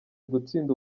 gutsinda